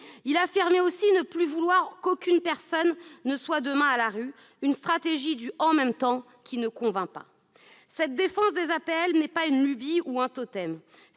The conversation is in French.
Il affirmait aussi ne plus vouloir qu'aucune personne ne soit demain à la rue. Une stratégie du « en même temps » qui ne convainc pas. Cette défense des APL n'est pas une lubie ou un totem